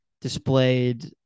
displayed